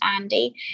Andy